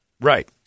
Right